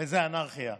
וזאת אנרכיה.